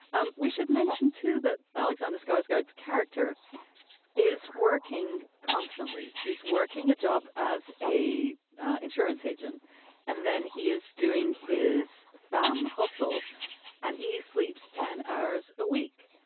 um we should mention too that alexander scars god's character is working constantly. he's working a job as a insurance agent and then he is doing his farm hustle and he sleeps ten hours a week.